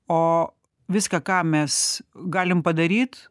o viską ką mes galim padaryt